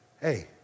hey